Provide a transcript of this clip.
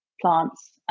plants